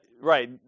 right